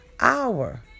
hour